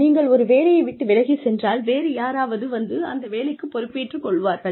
நீங்கள் ஒரு வேலையை விட்டு விலகிச் சென்றால் வேறு யாராவது வந்து அந்த வேலைக்கு பொறுப்பேற்றுக் கொள்வார்கள்